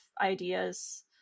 ideas